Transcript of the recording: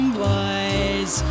boys